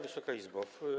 Wysoka Izbo!